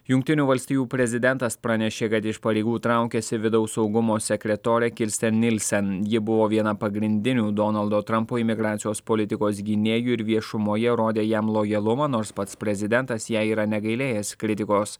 jungtinių valstijų prezidentas pranešė kad iš pareigų traukiasi vidaus saugumo sekretorė kirsten nilsen ji buvo viena pagrindinių donaldo trampo imigracijos politikos gynėjų ir viešumoje rodė jam lojalumą nors pats prezidentas jai yra negailėjęs kritikos